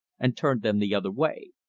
and turned them the other way.